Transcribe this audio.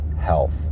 health